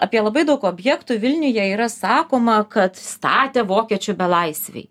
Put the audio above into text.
apie labai daug objektų vilniuje yra sakoma kad statė vokiečių belaisviai